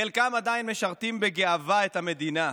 חלקם עדיין משרתים בגאווה את המדינה,